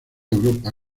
europa